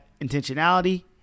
intentionality